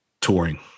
touring